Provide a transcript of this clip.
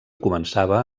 començava